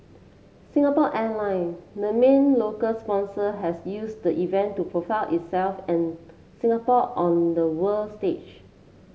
Singapore Airline the main local sponsor has used the event to profile itself and Singapore on the world stage